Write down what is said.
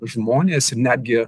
žmonės ir netgi